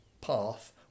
path